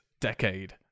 decade